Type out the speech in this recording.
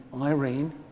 Irene